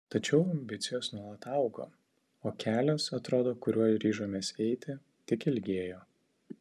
tačiau ambicijos nuolat augo o kelias atrodo kuriuo ryžomės eiti tik ilgėjo